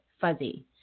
fuzzy